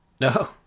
No